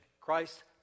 Christ